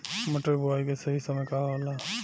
मटर बुआई के सही समय का होला?